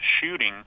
shooting